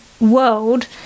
world